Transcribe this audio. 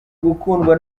gukundwa